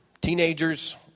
teenagers